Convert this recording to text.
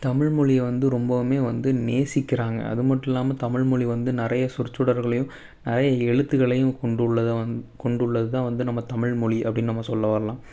தமிழ் மொழிய வந்து ரொம்பவுமே வந்து நேசிக்கிறாங்க அதுமட்டும் இல்லாமல தமிழ் மொழி வந்து நிறையா சொற்சொடர்களையும் நிறையா எழுத்துக்களையும் கொண்டுள்ளது வந் கொண்டுள்ளதுதான் வந்து நம்ம தமிழ் மொழி அப்படின்னு நம்ம சொல்ல வரலாம்